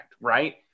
Right